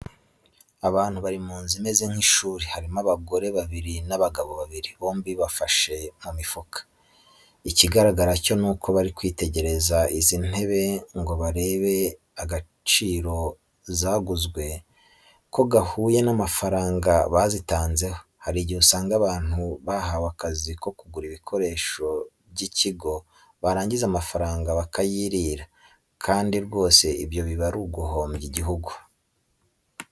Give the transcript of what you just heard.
Abantu bari mu nzu imeze nk'ishuri, harimo abagore babiri n'abagabo babiri, bombi bafashe mu mifuka. Ikigaragara cyo ni uko bari kwitegereza izi ntebe ngo barebe gaciro zaguzwe ko gahuye n'amafaranga bazitanzeho. Hari igihe usanga abantu bahawe akazi ko kugura ibikoresho by'ikigo barangiza amafaranga bakayirira, kandi rwose ibyo biba ari uguhombya igihugu.